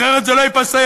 אחרת זה לא ייפסק.